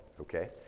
okay